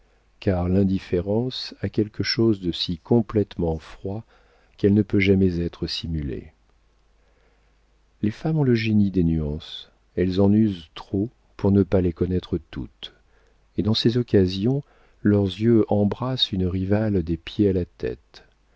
car l'indifférence a quelque chose de si complétement froid qu'elle ne peut jamais être simulée les femmes ont le génie des nuances elles en usent trop pour ne pas les connaître toutes et dans ces occasions leurs yeux embrassent une rivale des pieds à la tête